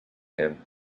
him